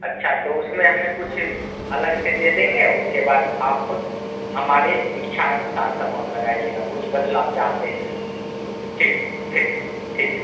अच्छा तो उसमें हमें कुछ अलग से दे देंगे उसके बाद आप हमारी इच्छा अनुसार समान लगाएगा कुछ बदलाव चाहते हैं ठीक ठीक ठीक है